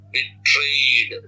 Betrayed